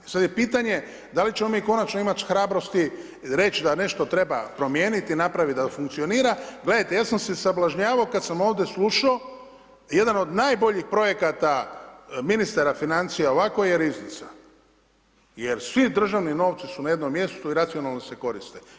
Sad je pitanje da li ćemo mi konačno imati hrabrosti reć da nešto treba promijeniti napravit da funkcionira, gledajte ja sam se sablažnjavo kad sam ovdje slušo jedan od najboljih projekata ministara financija ovako je riznica, jer svi državni novci su na jednom mjestu i racionalno se koriste.